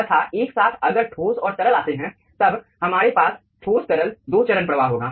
तथा एक साथ अगर ठोस और तरल आते हैं तब हमारे पास ठोस तरल दो चरण प्रवाह होगा